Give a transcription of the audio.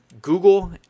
Google